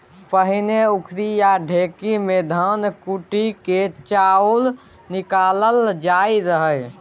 पहिने उखरि या ढेकी मे धान कुटि कए चाउर निकालल जाइ रहय